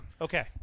Okay